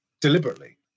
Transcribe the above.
deliberately